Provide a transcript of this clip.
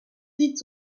dit